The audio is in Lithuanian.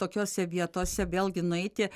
tokiose vietose vėlgi nueiti